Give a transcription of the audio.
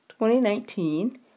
2019